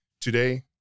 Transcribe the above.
Today